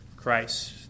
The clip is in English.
Christ